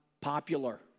popular